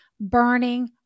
burning